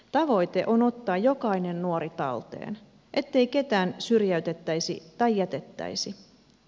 tavoite on ottaa jokainen nuori talteen ettei ketään syrjäytettäisi tai jätettäisi